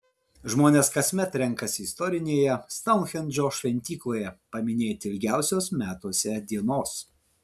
žmonės kasmet renkasi istorinėje stounhendžo šventykloje paminėti ilgiausios metuose dienos